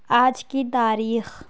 آج کی تاریخ